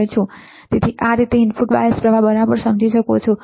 તેથી આ રીતે તમે ઇનપુટ બાયસ પ્રવાહ બરાબર સમજી શકો છો